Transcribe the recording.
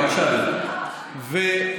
בבקשה, אדוני.